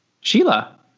Sheila